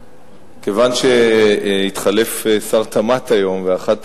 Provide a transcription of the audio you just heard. כיוון שהתחלף שר תמ"ת היום, ואחת